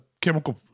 chemical